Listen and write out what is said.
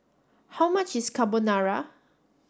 how much is Carbonara